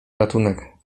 ratunek